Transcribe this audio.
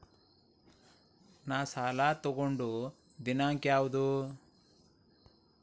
ನಾ ಸಾಲ ತಗೊಂಡು ದಿನಾಂಕ ಯಾವುದು?